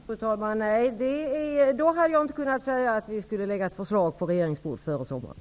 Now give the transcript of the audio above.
Fru talman! Om det hade varit så, hade jag inte kunnat säga att vi skall lägga ett förslag på regeringens bord före sommaren.